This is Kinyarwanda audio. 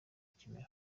ikimero